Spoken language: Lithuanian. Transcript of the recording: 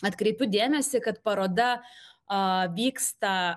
atkreipiu dėmesį kad paroda a vyksta